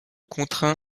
contraint